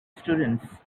students